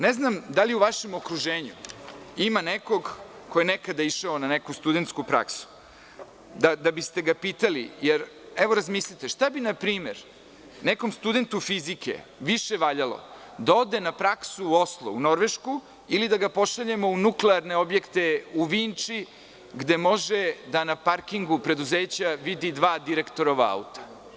Ne znam da li u vašem okruženju ima nekog ko je nekada išao na neku studentsku praksu da biste ga pitali, razmislite, šta bi, na primer, nekom studentu fizike više valjalo, da ode na praksu u Oslo, u Norvešku ili da ga pošaljemo u nuklearne objekte u Vinči, gde može da na parkingu preduzeća vidi dva direktorova auta?